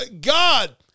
God